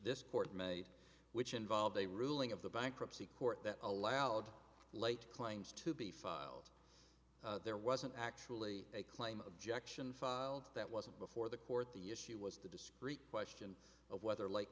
this court made which involved a ruling of the bankruptcy court that allowed late claims to be filed there wasn't actually a claim objection filed that wasn't before the court the issues the discreet question of whether like